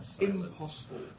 impossible